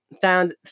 found